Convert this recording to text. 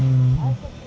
err